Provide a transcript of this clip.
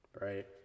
Right